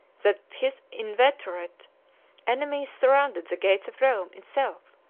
that his inveterate enemies surrounded the gates of rome itself,